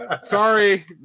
Sorry